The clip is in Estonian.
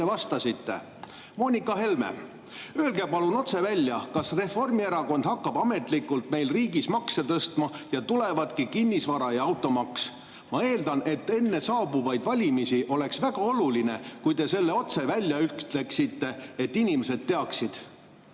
vastasite. Moonika Helme: "Öelge palun otse välja, kas Reformierakond hakkab ametlikult meil riigis makse tõstma ja tulevadki kinnisvara‑ ja automaks. Ma eeldan, et enne saabuvaid valimisi oleks väga oluline, kui te selle otse välja ütleksite, et inimesed teaksid."